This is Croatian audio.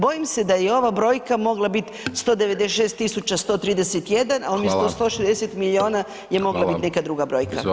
Bojim se da je i ova brojka mogla biti 196 131, a umjesto 160 milijuna [[Upadica: Hvala.]] je mogla biti neka druga brojka.